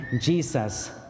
Jesus